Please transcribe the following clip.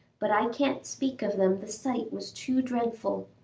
but i can't speak of them, the sight was too dreadful!